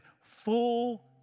full